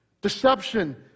deception